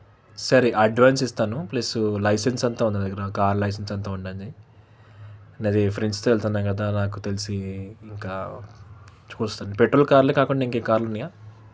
సరే అడ్వాన్స్ ఇస్తాను plus license అంతా ఉంది నా కార్ లైసెన్స్ అంతా ఉందండి నది ఫ్రెండ్స్తో ళ్తున్నా గదా నాకు తెలిసి ఇంక చూస్తాను పెట్రోల్ కార్లే కాకుండా ఇంకేం కార్లు న్నాయా